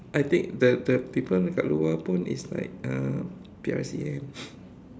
I think the the people dekat luar pun is like uh P_R_C kan